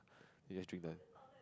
you just drink then